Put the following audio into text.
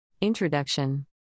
Introduction